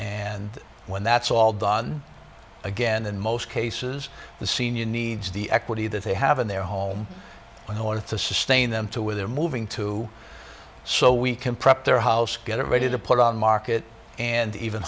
and when that's all done again in most cases the senior needs the equity that they have in their home in order to sustain them to where they're moving to so we can prep their house get it ready to put on market and even